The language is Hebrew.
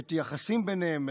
את היחסים ביניהן,